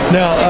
now